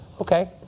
okay